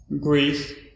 Grief